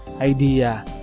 idea